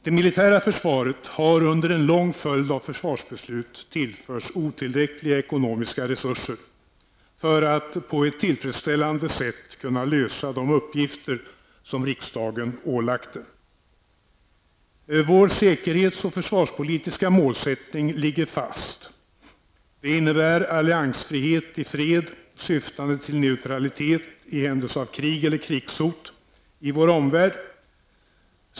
Det militära försvaret har under en lång följd av försvarsbeslut tillförts otillräckliga ekonomiska resurser för att på ett tillfredsställande sätt kunna lösa de uppgifter som riksdagen ålagt det. Vår säkerhets och försvarspolitiska målsättning ligger fast. Det innebär alliansfrihet i fred syftande till neutralitet i händelse av krig eller krigshot i vår omvärld.